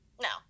No